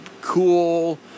cool